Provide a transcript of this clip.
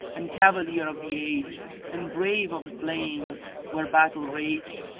and cavalier of the age and brave of the plain where battles rage?